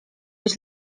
być